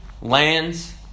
lands